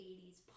80s